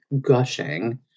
gushing